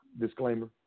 disclaimer